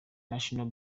national